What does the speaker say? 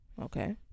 Okay